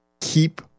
keep